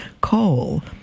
coal